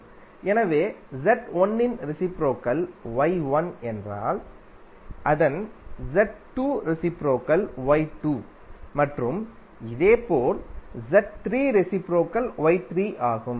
எனவே Z1 இன் reciprocal Y1 என்றால் அதன் Z2 ரெசிப்ரோகல் Y2 மற்றும் இதேபோல் Z3 ரெசிப்ரோகல் Y3 ஆகும்